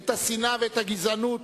את השנאה ואת הגזענות,